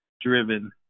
driven